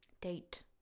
date